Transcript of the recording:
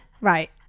Right